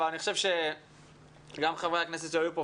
אבל אני חושב שגם חברי הכנסת שהיו פה,